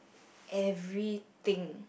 everything